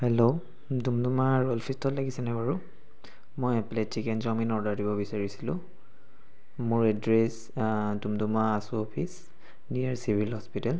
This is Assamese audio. হেল্ল' ডুমডুমাৰ লাগিছে নেকি বাৰু মই এক প্লে'ট চিকেন চাউমিন অৰ্ডাৰ দিব বিচাৰিছিলো মোৰ address Doomdooma AASU office near civil hospital